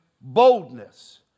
boldness